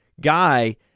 guy